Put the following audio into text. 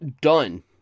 Done